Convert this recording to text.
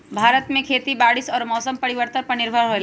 भारत में खेती बारिश और मौसम परिवर्तन पर निर्भर होयला